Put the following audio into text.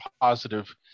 positive